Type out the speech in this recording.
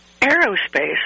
Aerospace